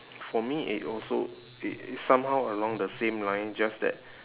for me it also i~ somehow along the same line just that